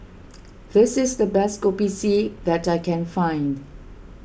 this is the best Kopi C that I can find